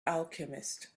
alchemist